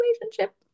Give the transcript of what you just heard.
relationship